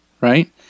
right